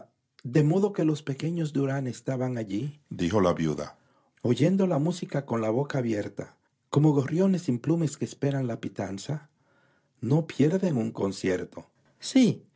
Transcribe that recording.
de modo que los pequeños durand estaban allídijo la viuda oyendo la música con la boca abierta como gorriones implumes que esperan la pitanza no pierden un concierto los